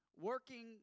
working